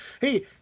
hey